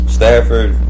Stafford